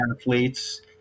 athletes